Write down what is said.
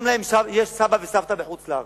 גם להם יש סבא וסבתא בחוץ-לארץ,